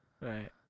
Right